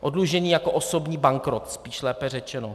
Oddlužení jako osobní bankrot spíš, lépe řečeno.